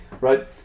right